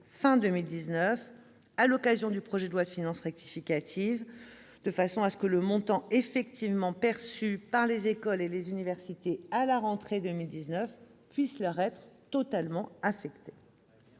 fin de 2019, à l'occasion du projet de loi de finances rectificative : dès lors, le montant effectivement perçu par les écoles et les universités à la rentrée prochaine pourra leur être totalement affecté.